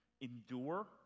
endure